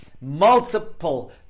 multiple